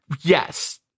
Yes